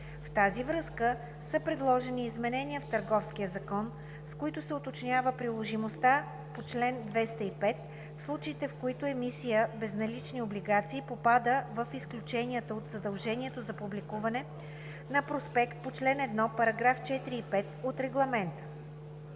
В тази връзка са предложени изменения в Търговския закон, с които се уточнява приложимостта на чл. 205, в случаите в които емисия безналични облигации попада в изключенията от задължението за публикуване на проспект по член 1, параграфи 4 и 5 от Регламента.